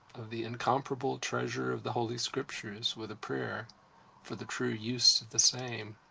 of the incomparable treasure of the holy scriptures, with a prayer for the true use the same.